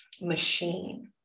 machine